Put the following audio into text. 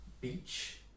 beach